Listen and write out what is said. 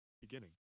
beginning